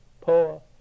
poor